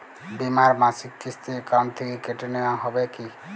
বিমার মাসিক কিস্তি অ্যাকাউন্ট থেকে কেটে নেওয়া হবে কি?